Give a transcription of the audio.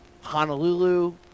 Honolulu